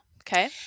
Okay